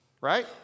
right